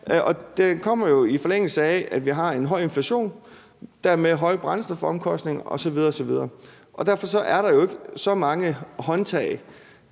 og det kommer jo, i forlængelse af at vi har en høj inflation og dermed høje brændstofomkostninger osv. osv. Derfor er der ikke så mange håndtag